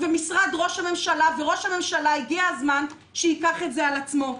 והגיע הזמן שמשרד ראש הממשלה וראש הממשלה ייקח את זה על עצמו.